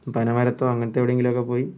പനമരത്തോ അങ്ങനത്തെ എവിടെയെങ്കിലുമൊക്കെ പോയി